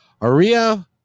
Aria